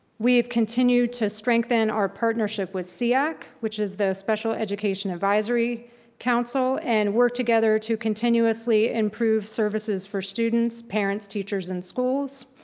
we have continued to strengthen our partnership with seac, which is the special education advisory council and work together to continuously improve services for students, parents, teachers, and schools.